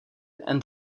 and